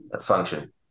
function